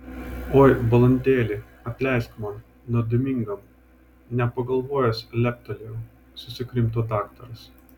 oi balandėli atleisk man nuodėmingam nepagalvojęs leptelėjau susikrimto daktaras